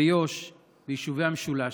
ביו"ש, ביישובי המשולש,